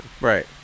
Right